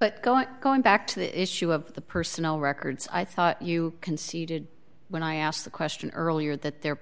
but going back to the issue of the personnel records i thought you conceded when i asked the question earlier that the